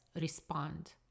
Respond